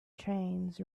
trains